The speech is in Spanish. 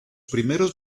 primeros